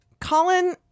Colin